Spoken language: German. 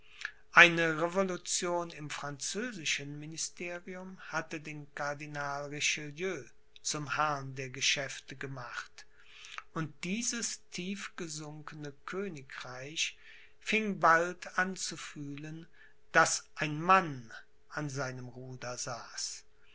eine revolution im französischen ministerium hatte den cardinal richelieu zum herrn der geschäfte gemacht und dieses tiefgesunkene königreich fing bald an zu fühlen daß ein mann an seinem ruder